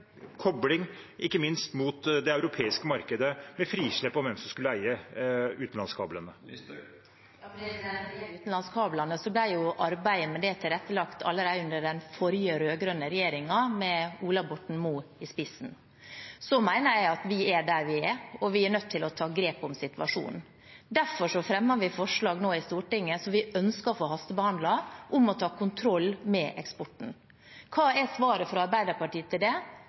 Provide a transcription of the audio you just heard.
kobling ikke minst mot det europeiske markedet, med frislipp av hvem som skulle eie utenlandskablene. Når det gjelder utenlandskablene, ble arbeidet med det tilrettelagt allerede under den forrige rød-grønne regjeringen, med Ola Borten Moe i spissen. Jeg mener at vi er der vi er, og vi er nødt til å ta grep om situasjonen. Derfor fremmer vi forslag nå i Stortinget som vi ønsker å få hastebehandlet, om å ta kontroll med eksporten. Hva er svaret fra Arbeiderpartiet til det? Jeg har ikke hørt noe, men jeg registrerer at man ikke ønsker å hastebehandle det